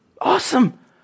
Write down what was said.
Awesome